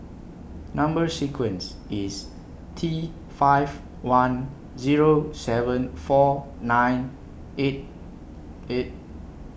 Number sequence IS T five one Zero seven four nine eight eight